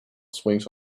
swings